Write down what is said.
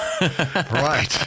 right